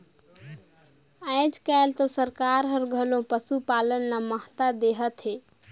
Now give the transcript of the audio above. आयज कायल तो सरकार हर घलो पसुपालन ल महत्ता देहत हे